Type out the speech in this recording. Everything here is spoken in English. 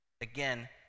Again